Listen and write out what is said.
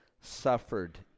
suffered